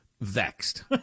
vexed